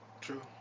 True